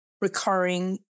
recurring